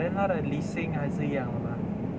but then 它的 leasing 还是一样的吗